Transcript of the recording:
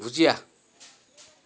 ভুজীয়া